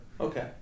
Okay